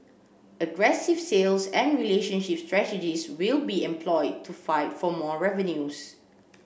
aggressive sales and relationship strategies will be employed to fight for more revenues